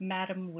Madam